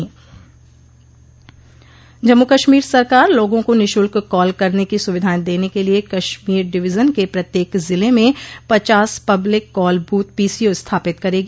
जम्मू कश्मीर सरकार लोगों को निःशुल्क कॉल करने की सुविधाएं देने के लिए कश्मोर डिविजन के प्रत्येक जिले में पचास पब्लिक कॉल बूथ पीसीओ स्थापित करेगी